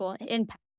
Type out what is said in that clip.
impact